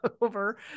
over